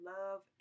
love